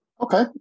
Okay